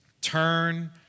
Turn